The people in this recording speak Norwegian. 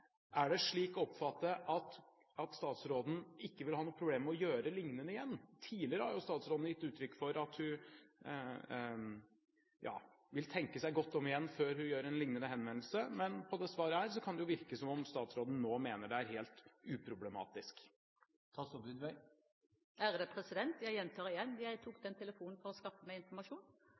er: Er det slik å oppfatte at statsråden ikke vil ha noen problemer med å gjøre noe lignende igjen? Tidligere har statsråden gitt uttrykk for at hun vil tenke seg godt om igjen før hun gjør en lignende henvendelse, men på dette svaret kan det virke som om statsråden nå mener det er helt uproblematisk. Jeg gjentar: Jeg tok den telefonen for å skaffe meg informasjon.